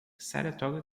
saratoga